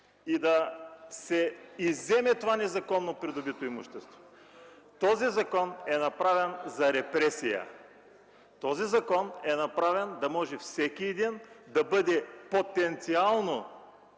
и да се изземе това незаконно придобито имущество. Този закон е направен за репресия. Този закон е направен да може всеки един да бъде потенциално